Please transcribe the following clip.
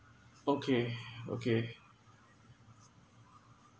okay okay